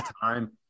time